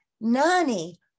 Nani